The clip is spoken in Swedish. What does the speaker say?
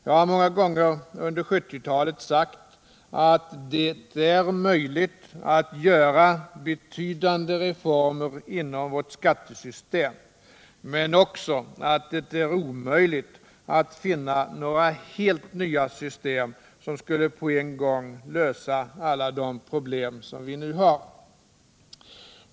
Jag har många gånger under 1970-talet sagt att det är möjligt att göra betydande reformer inom vårt skattesystem, men jag har också sagt att det är omöjligt att finna något helt nytt system som på en gång löser alla de problem vi nu har.